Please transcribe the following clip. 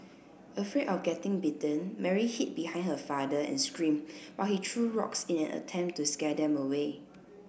afraid of getting bitten Mary hid behind her father and screamed while he threw rocks in an attempt to scare them away